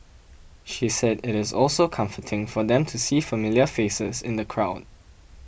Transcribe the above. she said it is also comforting for them to see familiar faces in the crowd